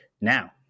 Now